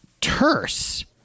terse